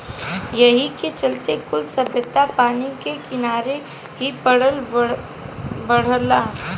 एही के चलते कुल सभ्यता पानी के किनारे ही पलल बढ़ल